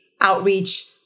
outreach